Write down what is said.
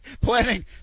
planning